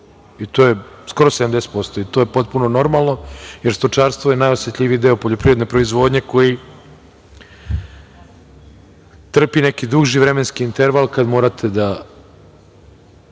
stočarstvo. To je potpuno normalno, jer stočarstvo je najosetljiviji deo poljoprivredne proizvodnje koji trpi neki duži vremenski interval kada morate da